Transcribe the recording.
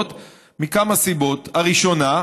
מכמה הסיבות: הראשונה,